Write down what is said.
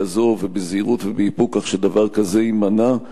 כזאת ובזהירות ובאיפוק כך שדבר כזה יימנע,